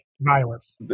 violence